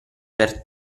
per